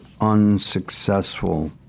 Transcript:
unsuccessful